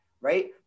right